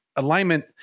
Alignment